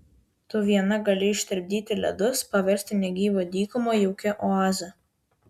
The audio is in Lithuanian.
tu viena gali ištirpdyti ledus paversti negyvą dykumą jaukia oaze